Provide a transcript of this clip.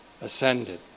ascended